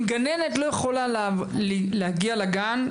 אם גננת לא יכולה להגיע לגן,